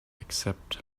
except